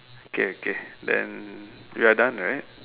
okay okay then we're done right